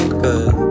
good